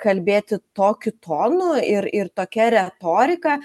kalbėti tokiu tonu ir ir tokia retorika